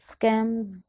scam